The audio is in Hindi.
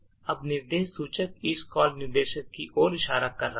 अब निर्देश सूचक इस कॉल निर्देश की ओर इशारा कर रहा है